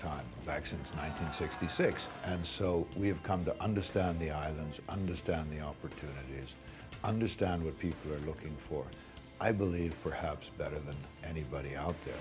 back since nine hundred sixty six and so we have come to understand they either understand the opportunities understand what people are looking for i believe perhaps better than anybody out there